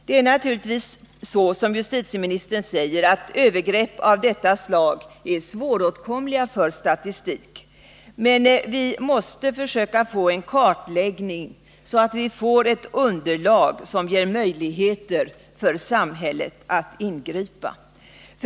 Det är naturligtvis så som justitieministern säger, att övergrepp av detta slag är svåråtkomliga för statistik, men vi måste försöka få till stånd en kartläggning, så att vi får ett underlag som gör det möjligt för samhället att ingripa.